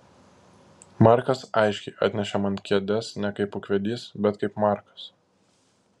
markas aiškiai atnešė man kėdes ne kaip ūkvedys bet kaip markas